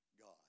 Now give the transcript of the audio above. God